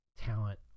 talent